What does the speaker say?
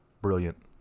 brilliant